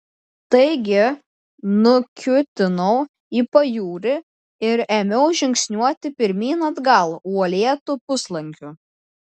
taigi nukiūtinau į pajūrį ir ėmiau žingsniuoti pirmyn atgal uolėtu puslankiu